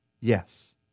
yes